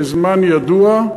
בזמן ידוע,